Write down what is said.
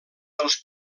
dels